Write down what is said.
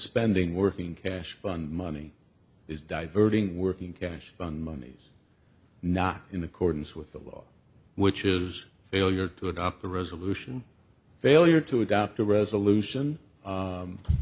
spending working cash fund money is diverting working cash fund monies not in accordance with the law which is failure to adopt a resolution failure to adopt a resolution